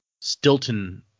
Stilton